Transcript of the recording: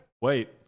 Wait